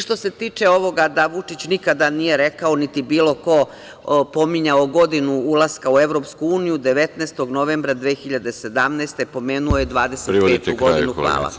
Što se tiče ovoga da Vučić nikada nije rekao, niti bilo ko pominjao godinu ulaska u EU, 19. novembra 2017. godine pomenuo je 2025. godinu.